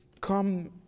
come